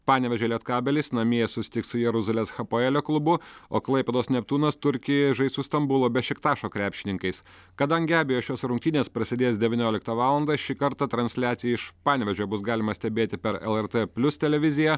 panevėžio lietkabelis namie susitiks su jeruzalės hapoelio klubu o klaipėdos neptūnas turkijoje žais su stambulo bešiktašo krepšininkais kadangi abejos šios rungtynės prasidės devynioliktą valandą šį kartą transliaciją iš panevėžio bus galima stebėti per lrt plius televiziją